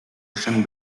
ocean